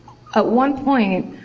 at one point.